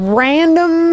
random